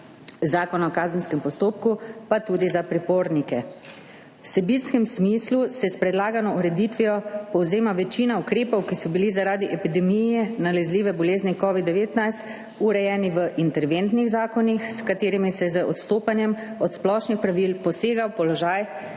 Zakona o kazenskem postopku pa tudi za pripornike. V vsebinskem smislu se s predlagano ureditvijo povzema večina ukrepov, ki so bili zaradi epidemije nalezljive bolezni covid-19 urejeni v interventnih zakonih, s katerimi se z odstopanjem od splošnih pravil posega v položaj